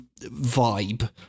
vibe